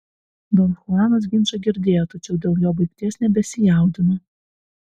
don chuanas ginčą girdėjo tačiau dėl jo baigties nebesijaudino